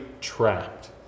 trapped